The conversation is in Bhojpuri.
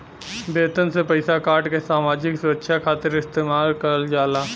वेतन से पइसा काटके सामाजिक सुरक्षा खातिर इस्तेमाल करल जाला